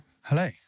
Hello